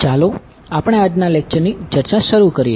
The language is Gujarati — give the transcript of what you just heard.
ચાલો આપણે આજનાં લેક્ચર ની ચર્ચા શરૂ કરીએ